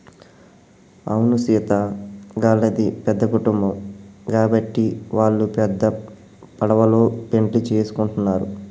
అవును సీత గళ్ళది పెద్ద కుటుంబం గాబట్టి వాల్లు పెద్ద పడవలో పెండ్లి సేసుకుంటున్నరు